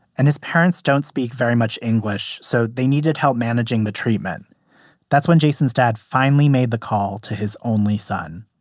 and his parents don't speak very much english, so they needed help managing the treatment that's when jason's dad finally made the call to his only son.